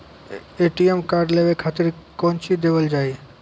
ATM card लेवे के खातिर कौंची देवल जाए?